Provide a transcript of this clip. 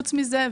חוץ מזה,